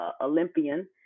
Olympian